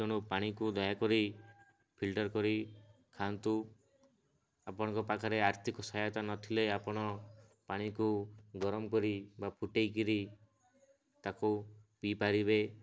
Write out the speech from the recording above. ତେଣୁ ପାଣିକୁ ଦୟାକରି ଫିଲ୍ଟର କରି ଖାଆନ୍ତୁ ଆପଣଙ୍କ ପାଖରେ ଆର୍ଥିକ ସହାୟତା ନ ଥିଲେ ଆପଣ ପାଣିକୁ ଗରମ କରି ବା ଫୁଟେଇକରି ତାକୁ ପିଇପାରିବେ